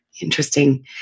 Interesting